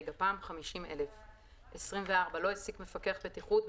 גפ"מ) 50,000; (24) לא העסיק מפקח בטיחות,